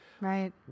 right